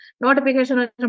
notification